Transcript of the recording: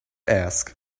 ask